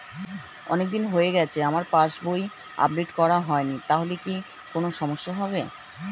অনেকদিন হয়ে গেছে আমার পাস বই আপডেট করা হয়নি তাহলে কি কোন সমস্যা হবে?